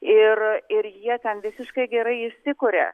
ir ir jie ten visiškai gerai įsikuria